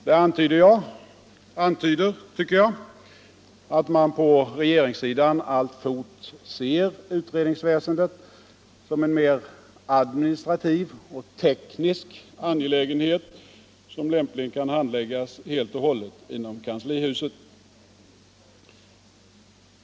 Det antyder, tycker jag, att man på regeringssidan alltfort ser utredningsväsendet som en mer administrativ och teknisk angelägenhet, som lämpligen kan handläggas helt och hållet inom kanslihuset.